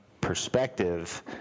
perspective